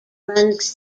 runs